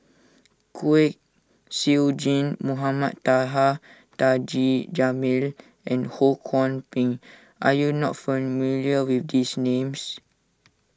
Kwek Siew Jin Mohamed Taha Taji Jamil and Ho Kwon Ping are you not familiar with these names